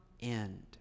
end